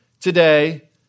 today